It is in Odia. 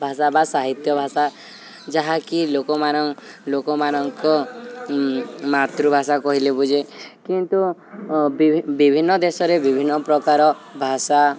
ଭାଷା ବା ସାହିତ୍ୟ ଭାଷା ଯାହାକି ଲୋକମାନ ଲୋକମାନଙ୍କ ମାତୃଭାଷା କହିଲେ ବୁଝେ କିନ୍ତୁ ବିଭିନ୍ନ ଦେଶରେ ବିଭିନ୍ନ ପ୍ରକାର ଭାଷା